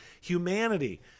humanity